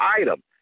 item